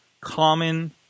common